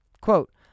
Quote